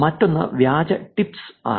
മറ്റൊന്ന് വ്യാജ ടിപ്പ്